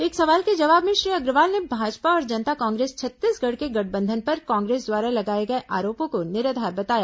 एक सवाल के जवाब में श्री अग्रवाल ने भाजपा और जनता कांग्रेस छत्तीसगढ़ के गठबंधन पर कांग्रेस द्वारा लगाए गए आरोपों को निराधार बताया